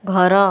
ଘର